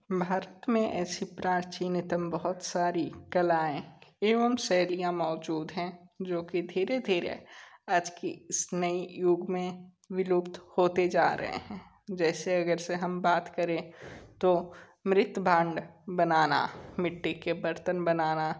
भारत में ऐसी प्राचीनतम बहुत सारी कलाएँ एवं शैलियाँ मौजूद हैं जो कि धीरे धीरे आज की इस नई युग में विलुप्त होते जा रे हैं जैसे अगर से हम बात करें तो मृतभांड बनाना मिट्टी के बर्तन बनना